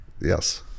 Yes